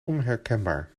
onherkenbaar